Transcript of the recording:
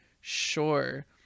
sure